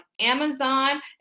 amazon